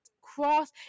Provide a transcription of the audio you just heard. cross